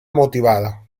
motivada